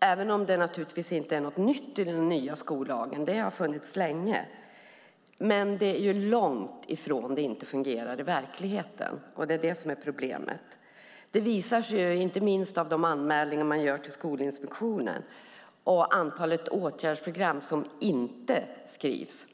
även om den naturligtvis inte är något nytt i den nya skollagen. Den har funnits länge. Men det är långt ifrån att den fungerar i verkligheten, och det är det som är problemet. Det visar sig inte minst av de anmälningar som görs till Skolinspektionen och av antalet åtgärdsprogram som inte skrivs.